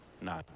No